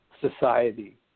society